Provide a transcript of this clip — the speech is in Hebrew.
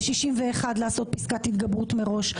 ב-61 לעשות פסקת התגברות מראש.